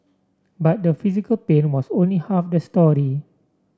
but the physical pain was only half the story